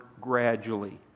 gradually